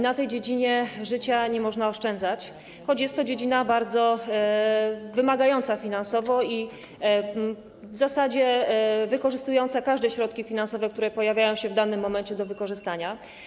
Na tej dziedzinie życia nie można oszczędzać, choć jest to dziedzina bardzo wymagająca finansowo i w zasadzie wykorzystująca każde środki finansowe, które pojawiają się w danym momencie do wykorzystania.